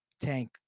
Tank